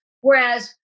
whereas